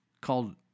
called